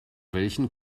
welchen